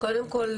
קודם כל,